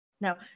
now